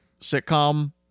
sitcom